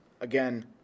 Again